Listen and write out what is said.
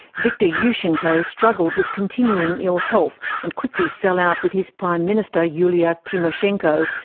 viktor yushchenko struggled with continuing ill health and quickly fell out with his prime minister, yulia tymoshenko,